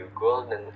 golden